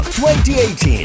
2018